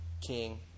king